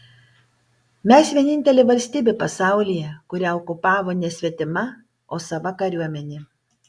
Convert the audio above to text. mes vienintelė valstybė pasaulyje kurią okupavo ne svetima o sava kariuomenė